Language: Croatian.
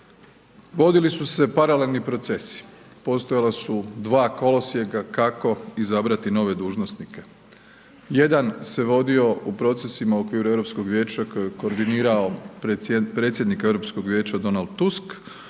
vodili su se paralelni procesi, postojala su dva kolosijeka kako izabrati nove dužnosnike. Jedan se vodio u procesima u okviru Europskog vijeća kojim je koordinirao predsjednik Europskog vijeća Donald Tusk,